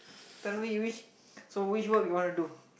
finally you wish so which work you want to do